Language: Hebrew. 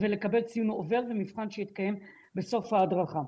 ולקבל ציון עובר במבחן שיתקיים בסוף ההדרכה.